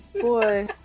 Boy